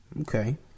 okay